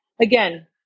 again